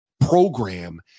program